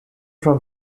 from